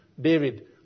David